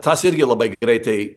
tas irgi labai greitai